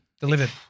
Delivered